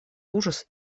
ужас